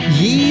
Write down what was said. ye